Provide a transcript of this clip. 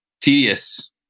tedious